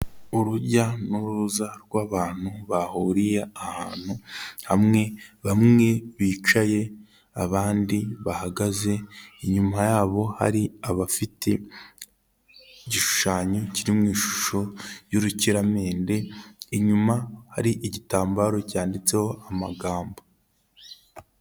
Urujya n'uruza rw'abantu, bahuriye ahantu hamwe, bamwe bicaye, abandi bahagaze, inyuma yabo hari abafite igishushanyo, kiri mu ishusho y'urukiramende, inyuma hari igitambaro cyanditseho amagambo.